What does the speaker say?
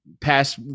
past